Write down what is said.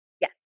Yes